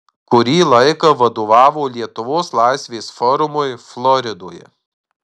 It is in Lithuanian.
kurį laiką vadovavo lietuvos laisvės forumui floridoje